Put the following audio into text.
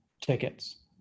tickets